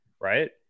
right